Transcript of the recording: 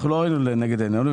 לא ראינו לנגד עינינו.